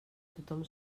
tothom